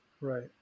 Right